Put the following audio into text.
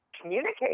communicate